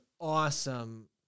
awesome